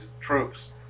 troops